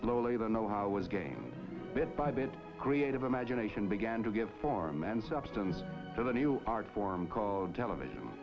slowly the know how was game bit by bit creative imagination began to give form and substance to the new art form called television